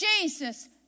Jesus